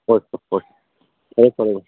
ꯍꯣꯏ ꯍꯣꯏ ꯍꯣꯏ ꯐꯔꯦ ꯐꯔꯦ ꯚꯥꯏ